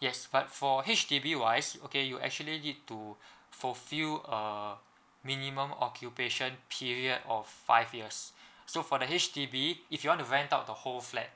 yes but for H_D_B wise okay you actually need to fulfill uh minimum occupation period of five years so for the H_D_B if you want to rent out the whole flat